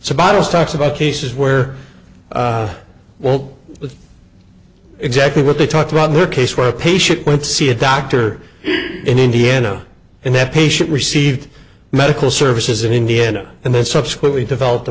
so bottles talks about cases where won't exactly what they talked about in their case where a patient went to see a doctor in indiana and that patient received medical services in indiana and then subsequently developed a